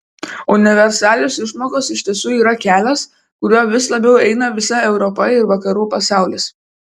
universalios išmokos iš tiesų yra kelias kuriuo vis labiau eina visa europa ir vakarų pasaulis